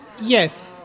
Yes